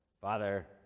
Father